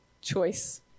choice